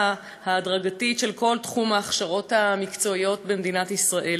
ההדרגתית של כל תחום ההכשרות המקצועיות במדינת ישראל.